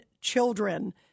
children